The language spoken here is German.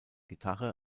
gitarre